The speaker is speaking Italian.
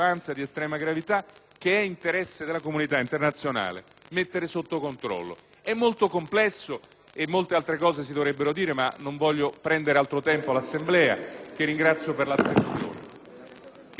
che è interesse della comunità internazionale mettere sotto controllo. È molto complesso e molte altre cose si dovrebbero dire, ma non voglio prendere altro tempo all'Assemblea che ringrazio per l'attenzione.